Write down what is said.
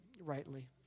rightly